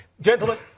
gentlemen